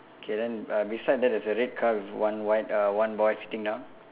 okay then uh beside that there's a red car with one white uh one boy sitting down